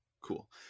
Cool